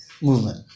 Movement